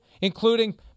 including